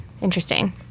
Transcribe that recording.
interesting